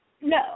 No